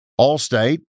Allstate